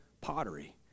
pottery